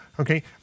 Okay